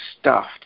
stuffed